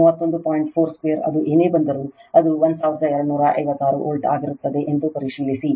4 2 ಅದು ಏನೇ ಬಂದರೂ ಅದು 1256 ವೋಲ್ಟ್ ಆಗಿರುತ್ತದೆ ಎಂದು ಪರಿಶೀಲಿಸಿ